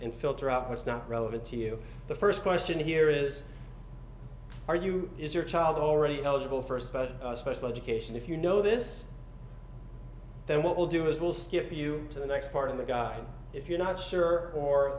in filter out what's not relevant to you the first question here is are you is your child already eligible for a special special education if you know this then what we'll do is we'll skip you to the next part of the guide if you're not sure or